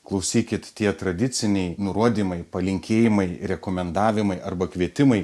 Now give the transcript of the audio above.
klausykit tie tradiciniai nurodymai palinkėjimai rekomendavimai arba kvietimai